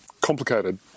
complicated